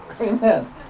Amen